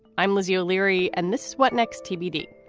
i'm lizzie o'leary and this is what next tbd,